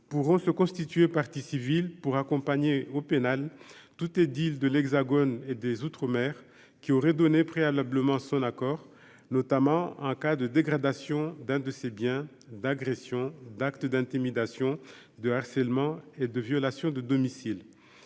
pourront se constituer partie civile pour accompagner au pénal : tout est dit-il de l'hexagone et des outre-mer qui aurait donné préalablement son accord, notamment en cas de dégradation d'un de ses biens d'agression d'actes d'intimidation de harcèlement et de violation de domicile,